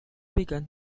began